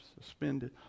suspended